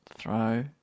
Throw